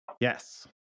Yes